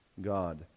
God